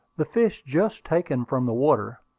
the fish just taken from the water.